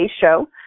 Show